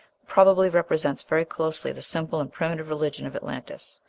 probably represents very closely the simple and primitive religion of atlantis,